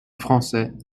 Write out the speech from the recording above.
français